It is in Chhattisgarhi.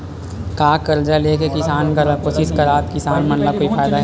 का कर्जा ले के कोशिश करात किसान मन ला कोई फायदा हे?